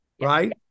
right